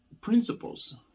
Principles